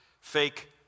fake